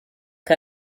que